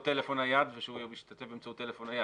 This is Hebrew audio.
טלפון נייד והוא משתתף באמצעות טלפון נייד,